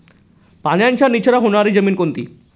पाण्याचा निचरा होणारी जमीन कोणती?